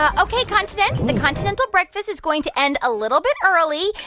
ah ok, continents, the continental breakfast is going to end a little bit early.